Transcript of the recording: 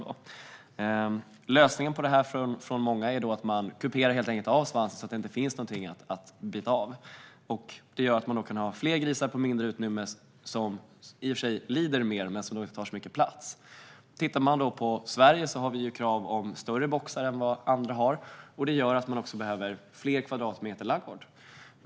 Många löser detta genom att kupera svansen, så att det inte finns någonting att bita av. Detta gör att man kan ha fler grisar på mindre utrymme. Grisarna lider mer men tar mindre plats. Sverige har krav på större boxar än vad andra länder har, vilket gör att det behövs fler kvadratmeter ladugård.